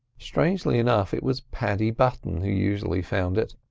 strangely enough it was paddy button who usually found it.